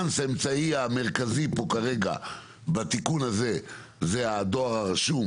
האמצעי המרכזי כאן כרגע בתיקון הזה הוא הדואר הרשום